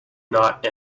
not